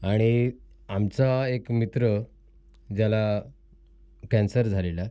आणि आमचा एक मित्र ज्याला कॅन्सर झालेला